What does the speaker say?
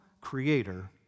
creator